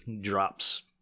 drops